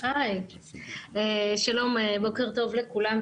שלום לכולם,